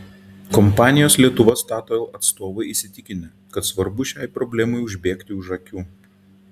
kompanijos lietuva statoil atstovai įsitikinę kad svarbu šiai problemai užbėgti už akių